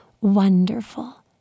Wonderful